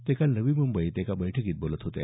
ते काल नवी मुंबई इथं एका बैठकीत बोलत होते